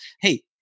hey